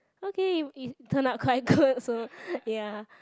okay it it turn out quite good so ya